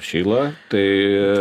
šyla tai